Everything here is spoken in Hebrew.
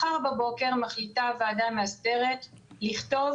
מחר בבוקר מחליטה הוועדה המאסדרת לכתוב